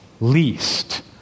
least